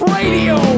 radio